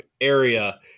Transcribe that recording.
area